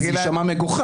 זה יישמע מגוחך.